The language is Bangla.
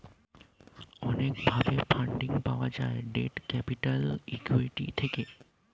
অনেক ভাবে ফান্ডিং পাওয়া যায় ডেট ক্যাপিটাল, ইক্যুইটি থেকে